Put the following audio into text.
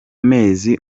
mezi